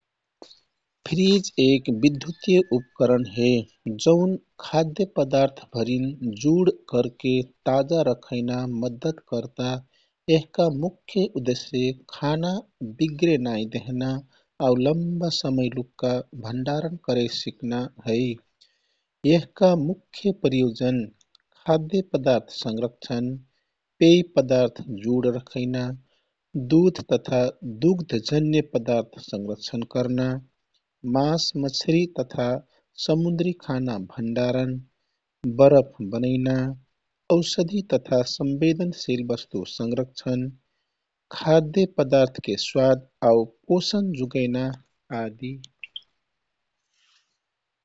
फ्रिज एक विद्युतिय उपकरण हे। जौन खाद्य पदार्थ भरिन जुड करके ताजा रखैना मद्दत करता। यहका मुख्य उद्देश्य खाना बिग्रे नाइ देहना आउ लम्बा समय लुक्का भण्डारण करे सिकना है। यहका मुख्य प्रयोजनः खाद्य पदार्थ संरक्षण, पेय पदार्थ जुड रखैना, दुध तथा दुग्धजन्य पदार्थ संरक्षण करना, मास, मछरी तथा समुद्री खाना भण्डारण, बरफ बनैना, औषधी तथा संवेदनशिल वस्तु संरक्षण, खाद्य पदार्थके स्वाद आउ पोषण जुगेर्ना आदि।